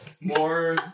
more